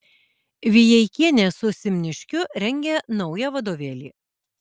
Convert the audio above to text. vijeikienė su simniškiu rengia naują vadovėlį